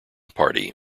party